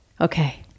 Okay